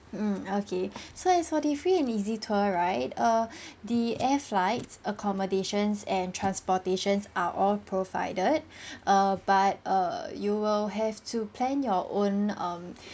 mm okay so as for the free and easy tour right err the air flights accommodations and transportations are all provided err but err you will have to plan your own um